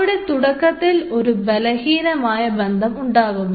അവിടെ തുടക്കത്തിൽ ഒരു ബലഹീനമായ ബന്ധനം ഉണ്ടാവുന്നു